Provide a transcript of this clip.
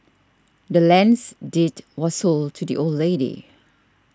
the land's deed was sold to the old lady